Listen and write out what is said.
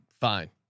fine